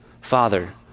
Father